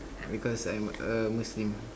because I'm a Muslim